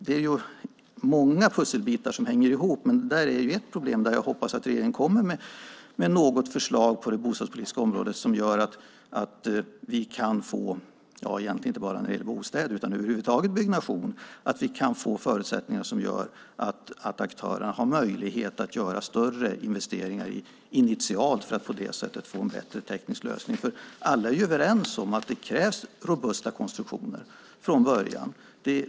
Det är många pusselbitar som hänger ihop, men detta är ett problem. Jag hoppas att regeringen kommer med något förslag på det bostadspolitiska området som gör att vi kan få förutsättningar - inte bara när det gäller bostäder utan byggnation över huvud taget - som gör att aktörerna har möjlighet att göra större investeringar initialt för att på det sättet få en bättre teknisk lösning. Alla är överens om att det krävs robusta konstruktioner från början.